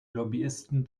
lobbyisten